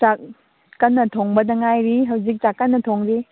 ꯆꯥꯛ ꯀꯟꯅ ꯊꯣꯡꯕꯗ ꯉꯥꯏꯔꯤ ꯍꯧꯖꯤꯛꯇ ꯀꯟꯅ ꯊꯣꯡꯂꯤ